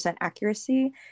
accuracy